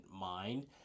mind